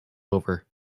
over